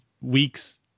weeks